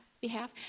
behalf